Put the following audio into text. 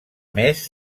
més